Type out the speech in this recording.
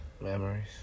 Memories